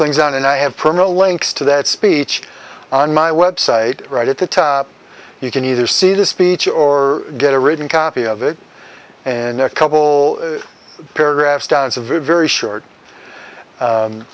things on and i have primeau links to that speech on my website right at the top you can either see the speech or get a written copy of it and a couple paragraphs downs a very very short